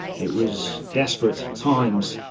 it was desperate times,